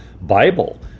Bible